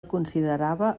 considerava